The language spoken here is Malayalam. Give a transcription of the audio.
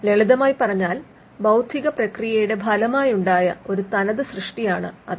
ലളിതമായി പറഞ്ഞാൽ ബൌദ്ധിക പ്രക്രിയയുടെ ഫലമായുണ്ടായ ഒരു തനത് സൃഷ്ടിയാണ് അത്